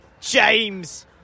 James